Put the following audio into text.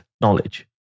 knowledge